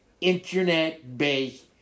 internet-based